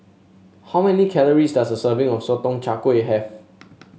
how many calories does a serving of Sotong Char Kway have